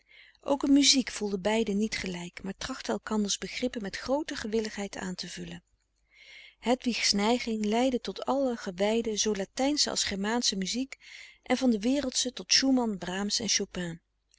ook in muziek voelden beiden niet gelijk maar trachtten elkanders begrippen met groote gewilligheid aan te vullen hedwigs neiging leidde tot alle gewijde zoo latijnsche als germaansche muziek en van de wereldsche tot schumann brahms en